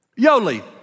Yoli